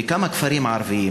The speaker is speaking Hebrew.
בכמה כפרים ערביים,